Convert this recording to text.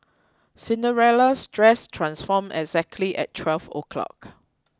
Cinderella's dress transformed exactly at twelve o'clock